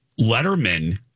Letterman